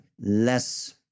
less